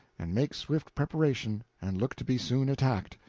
and make swift preparation, and look to be soon attacked.